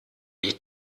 die